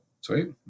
sweet